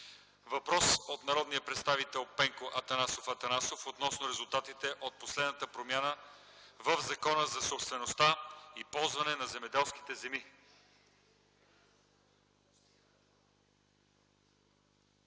Въпрос от народния представител Пенко Атанасов Атанасов относно резултатите от последната промяна в Закона за собствеността и ползването на земеделските земи.